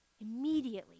Immediately